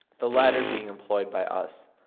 the latter being employed by us.